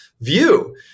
view